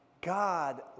God